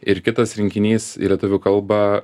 ir kitas rinkinys į lietuvių kalbą